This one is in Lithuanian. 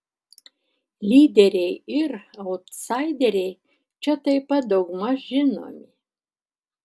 lyderiai ir autsaideriai čia taip pat daugmaž žinomi